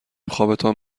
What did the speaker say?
خوابتان